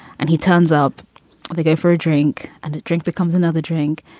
and he turns up the guy for a drink and drinks becomes another drink.